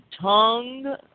tongue